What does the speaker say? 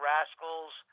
Rascals